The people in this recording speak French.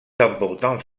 importante